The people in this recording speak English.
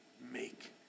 make